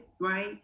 Right